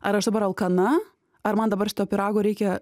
ar aš dabar alkana ar man dabar šito pyrago reikia